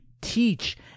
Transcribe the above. teach